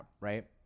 right